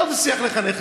לא תצליח לחנך.